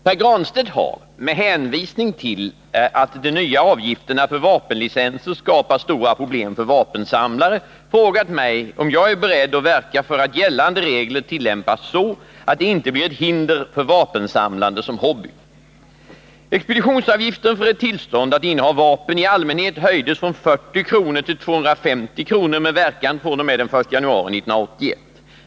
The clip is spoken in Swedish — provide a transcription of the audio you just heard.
Pär Granstedt har, med hänvisning till att de nya avgifterna för vapenlicenser skapar stora problem för vapensamlare, frågat mig om jag är beredd att verka för att gällande regler tillämpas så att de inte blir ett hinder för vapensamlande som hobby. Expeditionsavgiften för ett tillstånd att inneha vapen i allmänhet höjdes från 40 kr. till 250 kr. med verkan fr.o.m. den 1 januari 1981.